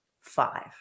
Five